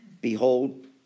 behold